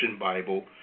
Bible